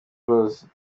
close